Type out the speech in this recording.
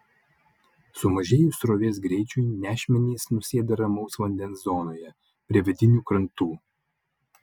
sumažėjus srovės greičiui nešmenys nusėda ramaus vandens zonoje prie vidinių krantų